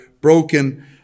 broken